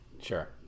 Sure